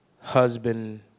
husband